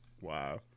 Wow